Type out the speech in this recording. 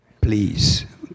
Please